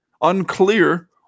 Unclear